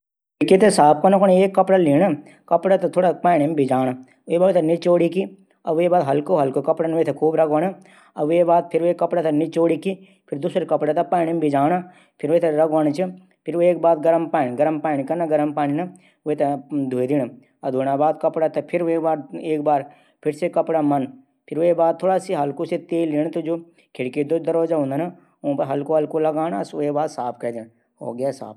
ओवन में सब्जी बनाणू पैली ओवन थै गर्म कन। फिर सब्जियों को अच्छा से ध्वे छुटा छुटा टुकडा डाली काट। फिर तेल नमक काली मिर्च लहसुन पाउडर और आजवाइन पाऊडर कै साथ मिलाई। फिर बीस से पच्चीस मिनट तक भुनण फिर थुडा नरम हूण पर भूरा हूण पर तैयार ह्वे ग्या